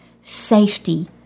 safety